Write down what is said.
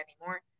anymore